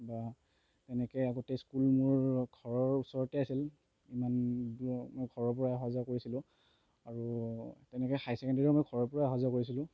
বা তেনেকৈ আগতে স্কুল মোৰ ঘৰৰ ওচৰতে আছিল ইমান ঘৰৰ পৰাই অহা যোৱা কৰিছিলোঁ আৰু তেনেকৈ হাই ছেকেণ্ডেৰীতো মই ঘৰৰ পৰাই অহা যোৱা কৰিছিলোঁ